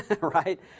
right